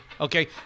Okay